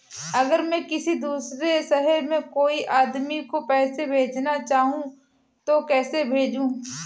अगर मैं किसी दूसरे शहर में कोई आदमी को पैसे भेजना चाहूँ तो कैसे भेजूँ?